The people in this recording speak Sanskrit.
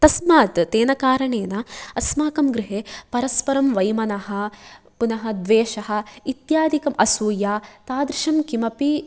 तस्मात् तेन कारणेन अस्माकं गृहे परस्परं वैमनः पुनः द्वेषः इत्यादिकम् असूया तादृशं किमपि